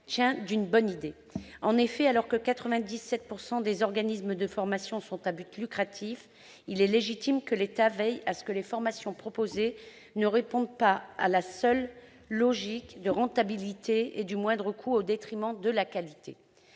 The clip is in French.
En effet, alors que 97 % des organismes de formation sont à but lucratif, il est légitime que l'État veille à ce que les formations proposées ne répondent pas à la seule logique de la rentabilité et du moindre coût, au détriment de la qualité.